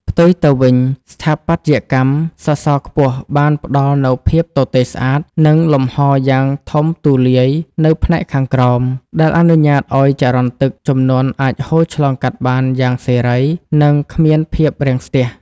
ផ្ទុយទៅវិញ ស្ថាបត្យកម្មសសរខ្ពស់បានផ្ដល់នូវភាពទទេស្អាត និងលំហយ៉ាងធំទូលាយនៅផ្នែកខាងក្រោម ដែលអនុញ្ញាតឱ្យចរន្តទឹកជំនន់អាចហូរឆ្លងកាត់បានយ៉ាងសេរី និងគ្មានភាពរាំងស្ពះ។